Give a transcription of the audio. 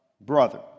brother